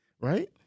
right